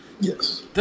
Yes